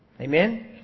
Amen